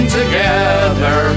together